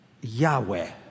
Yahweh